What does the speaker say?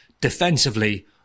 defensively